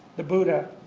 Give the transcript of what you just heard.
the buddha,